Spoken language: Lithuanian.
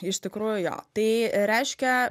iš tikrųjų tai reiškia